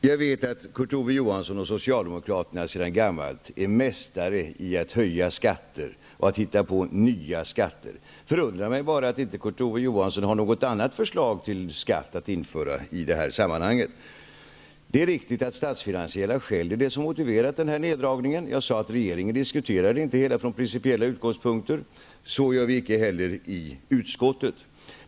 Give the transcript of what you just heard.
Herr talman! Jag vet att Socialdemokraterna sedan gammalt är mästare i att höja skatter och att hitta på nya skatter. Det förundrar mig bara att Kurt Ove Johansson inte har något annat förslag till skatt att införa i det här sammanhanget. Det är riktigt att statsfinansiella skäl är det som motiverat neddragningen. Jag sade att regeringen inte diskuterar det hela från principiella utgångspunkter. Så gör vi icke heller i utskottet.